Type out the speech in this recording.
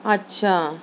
اچھا